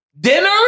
Dinner